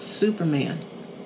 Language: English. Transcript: Superman